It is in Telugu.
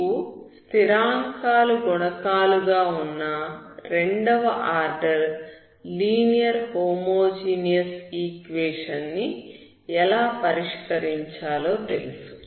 మీకు స్థిరాంకాలు గుణకాలు గా ఉన్న రెండవ ఆర్డర్ లీనియర్ హోమోజీనియస్ ఈక్వేషన్ ని ఎలా పరిష్కరించాలో తెలుసు